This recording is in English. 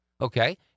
okay